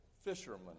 fishermen